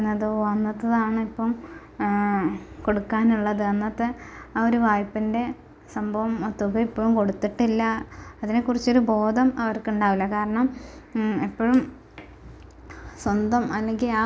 ഓ അന്നത്തേതാണ് ഇപ്പോൾ കൊടുക്കാനുള്ളത് അന്നത്തെ ആ ഒര് വായ്പ്പൻ്റെ സംഭവം മൊത്തത്തിൽ ഇപ്പഴും കൊടുത്തിട്ടില്ല അതിനെ കുറിച്ചൊരു ബോധം അവർക്ക് ഉണ്ടാവില്ല കാരണം എപ്പഴും സ്വന്തം അല്ലെങ്കിൽ ആ ഒരു